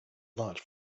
large